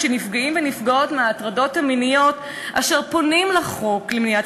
כדי שנפגעים ונפגעות מהטרדות מיניות אשר פונים לחוק למניעת